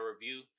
review